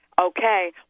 okay